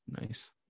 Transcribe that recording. nice